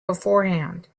beforehand